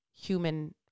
human